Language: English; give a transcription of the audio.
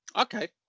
Okay